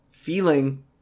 feeling